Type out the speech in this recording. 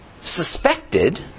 suspected